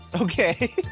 Okay